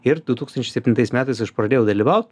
ir du tūkstančiai septintais metais aš pradėjau dalyvau